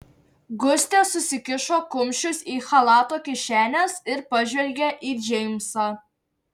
gustė susikišo kumščius į chalato kišenes ir pažvelgė į džeimsą